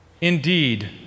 Indeed